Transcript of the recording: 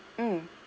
mm